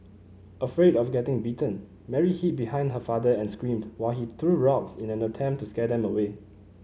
afraid of getting bitten Mary hid behind her father and screamed while he threw rocks in an attempt to scare them away